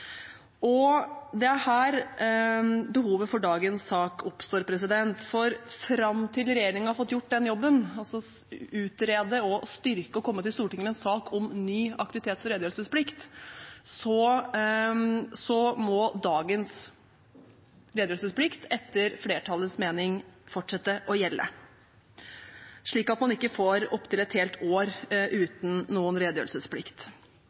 dette. Det er her behovet for dagens sak oppstår, for fram til regjeringen har fått gjort den jobben – altså utrede og styrke og komme til Stortinget med en sak om ny aktivitets- og redegjørelsesplikt – må dagens redegjørelsesplikt etter flertallets mening fortsette å gjelde, slik at man ikke får opp til et helt år uten noen redegjørelsesplikt.